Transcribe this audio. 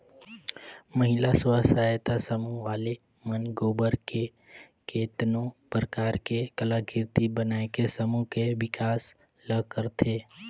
महिला स्व सहायता समूह वाले मन गोबर ले केतनो परकार के कलाकृति बनायके समूह के बिकास ल करथे